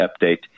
update